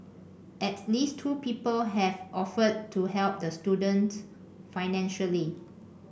at least two people have offered to help the student financially